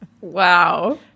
Wow